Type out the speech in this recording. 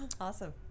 Awesome